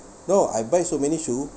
no I buy so many shoe